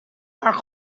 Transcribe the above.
are